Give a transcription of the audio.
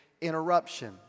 interruption